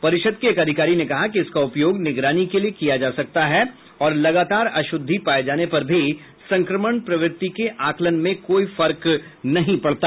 परिषद के एक अधिकारी ने कहा कि इसका उपयोग निगरानी के लिए किया जा सकता है और लगातार अशुद्धि पाए जाने पर भी संक्रमण प्रवृत्ति के आकलन में कोई फर्क नहीं पड़ता